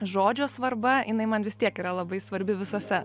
žodžio svarba jinai man vis tiek yra labai svarbi visuose